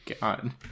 god